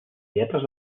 lletres